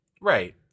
Right